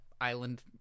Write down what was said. island